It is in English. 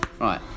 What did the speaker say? right